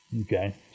Okay